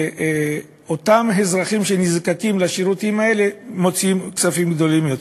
לאותם אזרחים שנזקקים לשירותים האלה להוציא סכומים גדולים יותר.